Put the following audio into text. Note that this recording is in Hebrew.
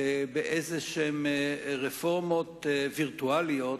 ברפורמות וירטואליות,